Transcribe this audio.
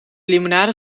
limonade